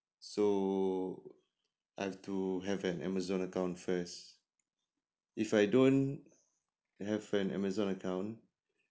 so I've to have an amazon account first if I don't have an amazon account